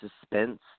suspense